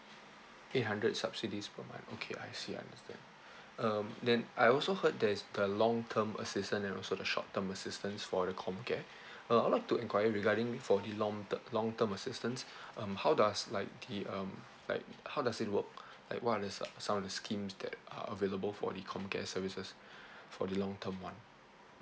eight hundred subsidies per month okay I see understand um then I also heard there is the long term assistance and also the short term assistance for the comcare uh I'd like to enquire regarding for the long the long term assistance um how does like the um like how does it work like what are the so~ some of the schemes that are available for the comcare services for the long term [one]